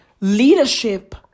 Leadership